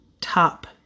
top